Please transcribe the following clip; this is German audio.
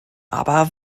aber